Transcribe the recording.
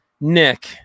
Nick